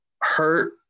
hurt